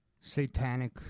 Satanic